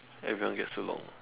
everyone gets along